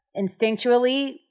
instinctually